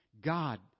God